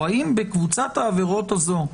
או האם בקבוצת העבירות הזאת,